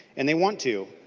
and they want to.